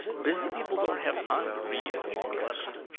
busy people don't have time to read a long letter.